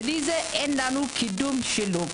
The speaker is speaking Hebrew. בלי זה אין לנו קידום שילוב.